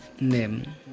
name